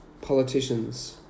Politicians